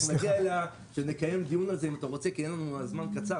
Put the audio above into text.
נגיע אליה כשנקיים על זה דיון כי הזמן קצר.